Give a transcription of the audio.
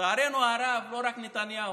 לצערנו הרב, לא רק נתניהו.